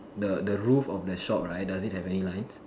the the roof of the shop right does it have any lines